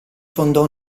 fondò